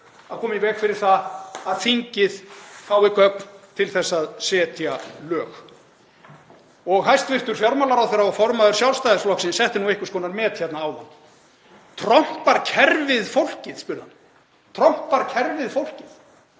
að koma í veg fyrir það að þingið fái gögn til að setja lög. Hæstv. fjármálaráðherra og formaður Sjálfstæðisflokksins setti einhvers konar met hér áðan. Trompar kerfið fólkið? spurði hann. Trompar kerfið fólkið?